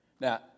Now